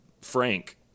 frank